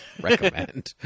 recommend